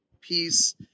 peace